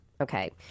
Okay